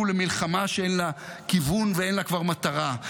למלחמה שאין לה כיוון וכבר אין לה מטרה.